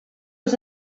was